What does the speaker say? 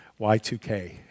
Y2K